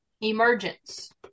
Emergence